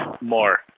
more